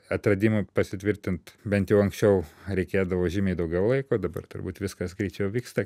atradimui pasitvirtint bent jau anksčiau reikėdavo žymiai daugiau laiko dabar turbūt viskas greičiau vyksta